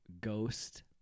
ghost